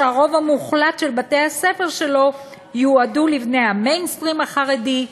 שהרוב המוחלט של בתי-הספר שלו יועדו לבני ה"מיינסטרים" החרדי,